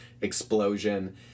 explosion